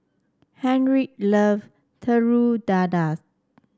Henriette love Telur Dadah